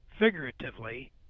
figuratively